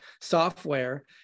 software